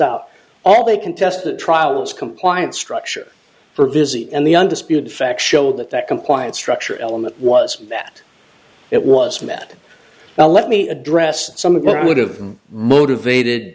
out all they can test the trials compliance structure for busy and the undisputed facts show that that compliance structure element was that it was met well let me address some of what i would have been motivated